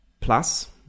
plus